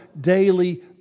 daily